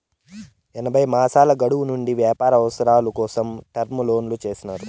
ఎనభై మాసాల గడువు నుండి వ్యాపార అవసరాల కోసం టర్మ్ లోన్లు చేసినారు